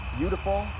beautiful